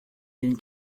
den